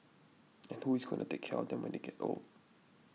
and who is going to take care of them when they get old